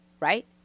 Right